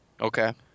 Okay